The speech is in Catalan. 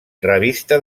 revista